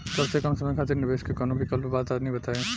सबसे कम समय खातिर निवेश के कौनो विकल्प बा त तनि बताई?